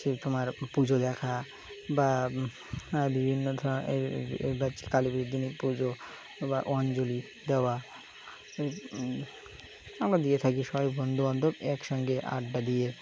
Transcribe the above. সেই সময়ের পুজো দেখা বা বিভিন্ন ধর বাচ্ছে কালী বিদিনিক পুজো বা অঞ্জলি দেওয়া আমরা দিয়ে থাকি সব বন্ধু বান্ধব একসঙ্গে আড্ডা দিয়ে